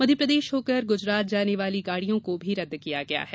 मध्यप्रदेश होकर गुजरात जाने वाली गाड़ियों को भी रद्द किया गया है